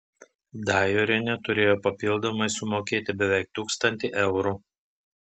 dajorienė turėjo papildomai sumokėti beveik tūkstantį eurų